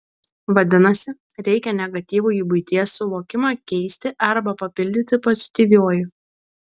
vadinasi reikia negatyvųjį buities suvokimą keisti arba papildyti pozityviuoju